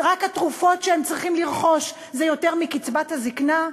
רק התרופות שהם צריכים לרכוש זה יותר מקצבת הזיקנה.